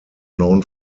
known